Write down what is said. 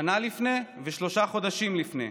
שנה לפני ושלושה חודשים לפני.